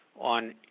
on